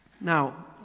Now